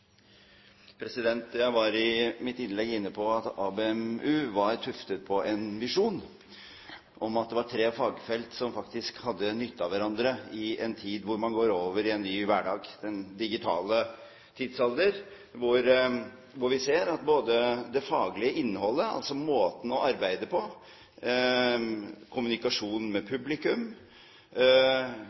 kulturråd. Jeg var i mitt innlegg inne på at ABM-u var tuftet på en visjon om at dette var tre fagfelt som hadde nytte av hverandre, i en tid da man går over i en ny hverdag. Det er den digitale tidsalder, hvor vi ser at det faglige innholdet, altså måten å arbeide på og kommunikasjonen med publikum